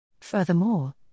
Furthermore